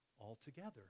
altogether